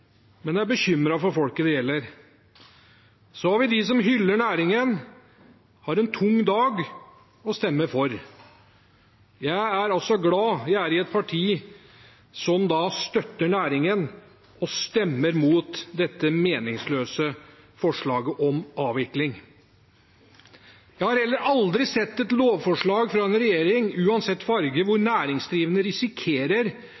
men er bekymret for folk det gjelder. Så har vi dem som hyller næringen, har en tung dag og stemmer for. Jeg er glad jeg er i et parti som støtter næringen og stemmer mot dette meningsløse forslaget om avvikling. Jeg har aldri sett et lovforslag fra en regjering, uansett farge,